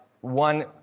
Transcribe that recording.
one